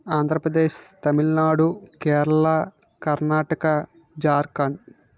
Andhra Pradesh Tamil Nadu Kerala Karnataka Jharkhand